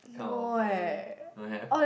kind of offer thing don't have